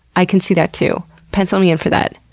i can see that, too. pencil me in for that.